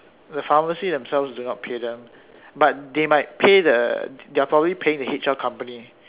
the pharmacy themselves do not pay them but they might pay the they're probably paying the H_R company